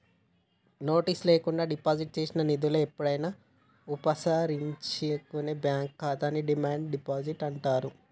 notice లేకుండా deposit చేసిన నిధులను ఎప్పుడైనా ఉపసంహరించుకునే బ్యాంక్ ఖాతాని డిమాండ్ డిపాజిట్ అంటారు